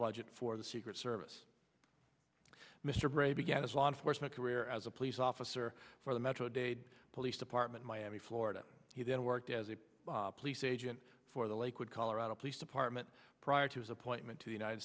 budget for the secret service mr brady began as a law enforcement career as a police officer for the metro dade police department miami florida he then worked as a police agent for the lakewood colorado police department prior to his appointment to the united